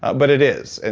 but it is. and